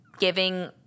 giving